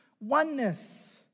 oneness